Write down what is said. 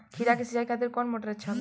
खीरा के सिचाई खातिर कौन मोटर अच्छा होला?